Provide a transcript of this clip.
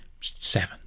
Seven